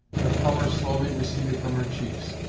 the colour slowly receded from her cheeks,